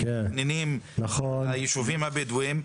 שמתכננים ליישובים הבדואים,